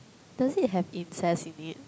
does it have incest in it